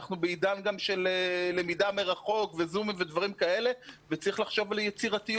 אנחנו גם בעידן של למידה מרחוק וצריך לחשוב על יצירתיות